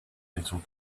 little